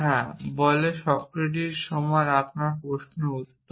হ্যাঁ বলে সক্রেটিসের সমান আপনার প্রশ্নের উত্তর